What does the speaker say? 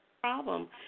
Problem